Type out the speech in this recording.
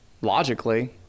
logically